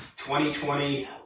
2020